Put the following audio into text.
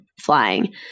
flying